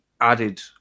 added